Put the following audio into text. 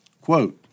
Quote